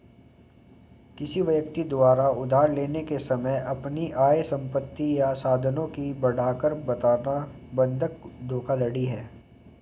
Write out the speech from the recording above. किसी व्यक्ति द्वारा उधार लेने के समय अपनी आय, संपत्ति या साधनों की बढ़ाकर बताना बंधक धोखाधड़ी है